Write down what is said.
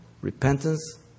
repentance